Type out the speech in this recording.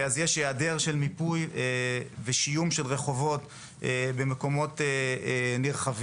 אז יש היעדר של מיפוי ושיום של רחובות במקומות נרחבים.